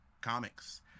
comics